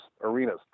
arenas